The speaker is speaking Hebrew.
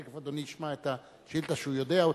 תיכף אדוני ישמע את השאילתא, שהוא יודע אותה.